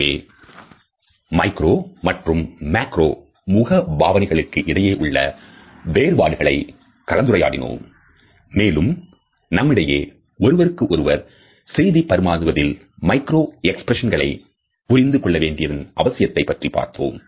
எனவே மைக்ரோ மற்றும் மேக்ரோ முகபாவனைகளுக்கு இடையே உள்ள வேறுபாடுகளை கலந்துரையாடினோம் மேலும் நம்மிடையே ஒருவருக்கு ஒருவர் செய்தி பரிமாறுவதில் மைக்ரோ எக்ஸ்பிரஷன்களை புரிந்து கொள்ளவேண்டியது அவசியத்தை பற்றிப் பார்த்தோம்